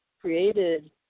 created